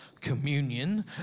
communion